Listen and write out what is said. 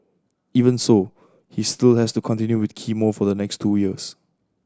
even so he still has to continue with chemo for the next two years